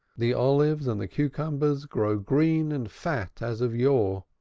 the olives and the cucumbers grow green and fat as of yore,